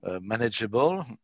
manageable